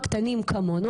הקטנים כמונו,